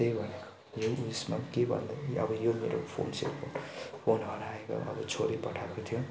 त्यही भएर यही उयेसमा पनि के भन्दाखेरि अब यो मेरो फोन चाहिँ फोन हराएको अब छोडिपठाएको थियो